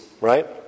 right